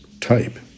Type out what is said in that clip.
type